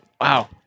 Wow